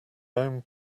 own